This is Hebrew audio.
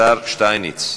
השר שטייניץ,